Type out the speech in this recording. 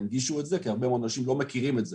וינגשו את זה כי הרבה מאוד אנשים לא מכירים את זה.